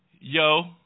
yo